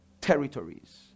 territories